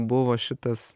buvo šitas